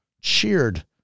cheered